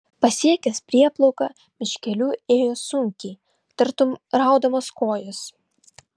pasiekęs prieplauką miškeliu ėjo sunkiai tartum raudamas kojas